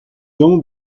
dents